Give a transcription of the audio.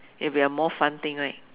it would be a more fun thing right